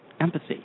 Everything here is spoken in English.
empathy